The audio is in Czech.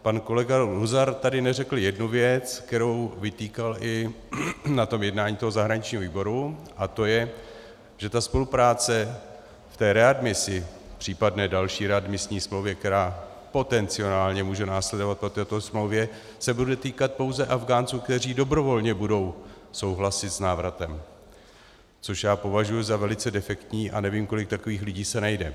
Pan kolega Luzar tady neřekl jednu věc, kterou vytýkal i na jednání zahraničního výboru, a to je, že spolupráce v té readmisi, v případné další readmisní smlouvě, která potenciálně může následovat po této smlouvě, se bude týkat pouze Afghánců, kteří dobrovolně budou souhlasit s návratem, což já považuji za velice defektní, a nevím, kolik takových lidí se najde.